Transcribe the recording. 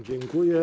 Dziękuję.